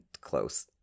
close